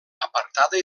apartada